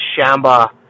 Shamba